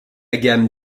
gamme